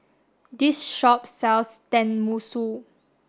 this shop sells Tenmusu